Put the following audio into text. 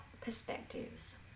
perspectives